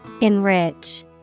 Enrich